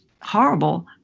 horrible